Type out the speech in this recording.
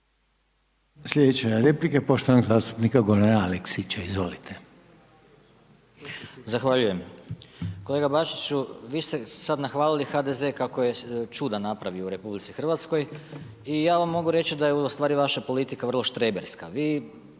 Sljedeća replika, poštovanog zastupnika Gorana Aleksića, izvolite. **Aleksić, Goran (SNAGA)** Zahvaljujem. Kolega Bačiću, vi ste sada nahvalili HDZ kako je čuda napravio u RH i ja vam mogu reći da je ustvari vaša politika vrlo štreberska,